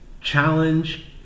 challenge